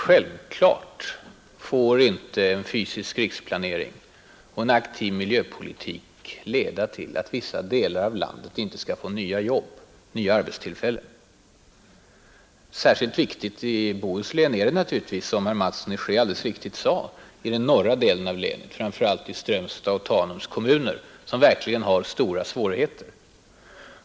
Självfallet får inte en fysisk riksplanering och en aktiv miljöpolitik leda till att vissa delar av landet inte skall få nya jobb, nya arbetstillfällen, Särskilt viktigt i Bohuslän är detta naturligtvis, som herr Mattsson i Skee sade, i den norra delen av länet, Strömstads och Tanums kommuner, som verkligen har stora svårigheter.